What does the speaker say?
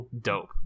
dope